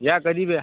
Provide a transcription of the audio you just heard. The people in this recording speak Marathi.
या कधी बी या